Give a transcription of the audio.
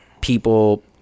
people